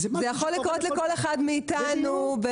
זה יכול לקרות לכל אחד מאיתנו בהיסח הדעת.